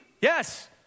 Yes